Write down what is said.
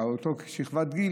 באותה שכבת גיל,